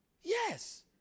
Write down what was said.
Yes